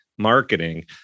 Marketing